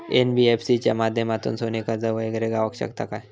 NBFC च्या माध्यमातून सोने कर्ज वगैरे गावात शकता काय?